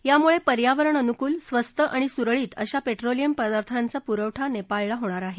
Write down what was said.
यामुळे पर्यावरण अनुकूल स्वस्त आणि सुरळीत अशा पेट्रोलियम पदार्थांचा पुरवठा नेपाळला होणार आहे